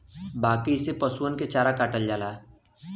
बांकी से पसुअन के चारा काटल जाला